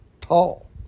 tall